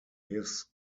his